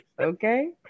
okay